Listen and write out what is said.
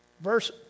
verse